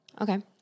okay